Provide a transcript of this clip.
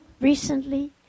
recently